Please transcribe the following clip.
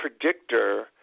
predictor